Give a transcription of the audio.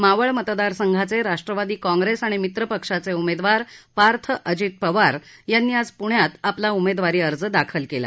मावळ मतदारसंघाचे राष्ट्रवादी काँग्रेस आणि मित्र पक्षाचे उमेदवार पार्थ अजित पवार यांनी आज प्ण्यात आपला उमेदवारी अर्ज दाखल केला